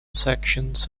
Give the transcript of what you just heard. sections